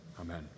amen